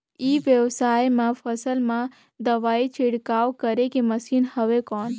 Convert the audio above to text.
ई व्यवसाय म फसल मा दवाई छिड़काव करे के मशीन हवय कौन?